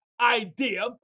idea